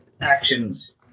actions